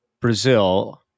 Brazil